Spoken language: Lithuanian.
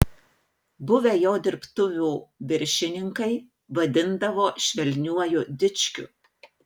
buvę jo dirbtuvių viršininkai vadindavo švelniuoju dičkiu